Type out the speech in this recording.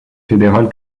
fédéral